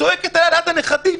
צועקת עליה ליד הנכדים,